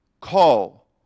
call